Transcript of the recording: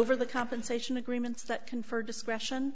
over the compensation agreements that confer discretion